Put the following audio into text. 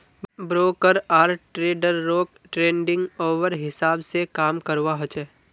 broker आर ट्रेडररोक trading hour हिसाब से काम करवा होचे